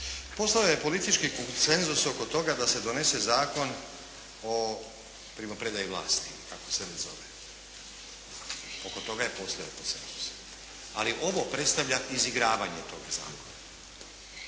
Postojao politički konsensus oko toga da se donese Zakon o primopredaji vlasti kako se već zove. Oko toga je postojao konsensus. Ali ovo predstavlja izigravanje toga zakona.